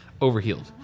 overhealed